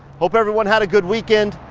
hope everyone had a good weekend.